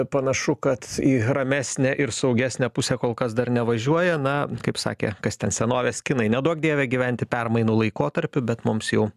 panašu kad į ramesnę ir saugesnę pusę kol kas dar nevažiuoja na kaip sakė kas ten senovės kinai neduok dieve gyventi permainų laikotarpiu bet mums jau